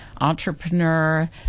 Entrepreneur